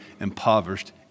impoverished